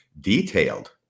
detailed